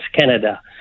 Canada